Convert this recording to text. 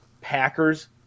Packers